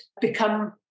become